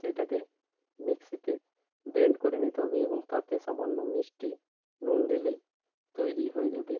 সেটাকে মিক্সিতে ব্লেন্ড করে নিতে হবে এবং তাতে সামান্য মিষ্টি নুন দিলেই তৈরি হয়ে যাবে